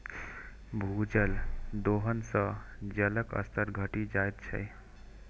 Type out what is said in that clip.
भूजल दोहन सं जलक स्तर घटि जाइत छै